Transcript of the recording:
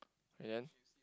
and then